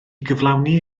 gyflawni